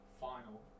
final